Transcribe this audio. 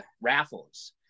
raffles